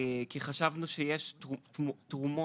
כי חשבנו שיש תרומות